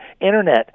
Internet